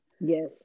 Yes